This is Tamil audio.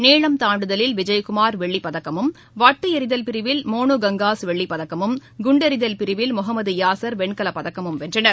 நீளம் தாண்டுதலில் விஜய்குமார் வெள்ளி பதக்கமும் வட்டு எறிதல் பிரிவில் மோனு கங்காஸ் வெள்ளிப் பதக்கமும் குண்டு எறிதல் பிரிவில் முகமது யாசர் வெண்கலப் பதக்கமும் வென்றனர்